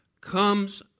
comes